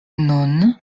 nun